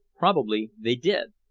probably they did.